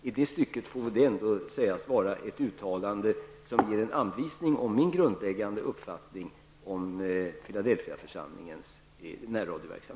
I det stycket får detta anses vara ett uttalande som ger en anvisning om min grundläggande uppfattning om